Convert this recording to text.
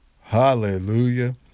Hallelujah